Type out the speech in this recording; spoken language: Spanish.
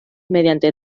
mediante